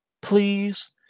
Please